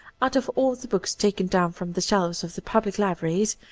out of all the books taken down. from the shelves of the public libraries,